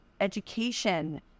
education